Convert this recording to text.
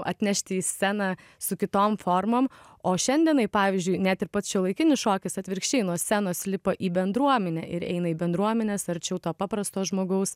atnešti į sceną su kitom formom o šiandienai pavyzdžiui net ir pats šiuolaikinis šokis atvirkščiai nuo scenos lipa į bendruominę ir eina į bendruomenės arčiau to paprasto žmogaus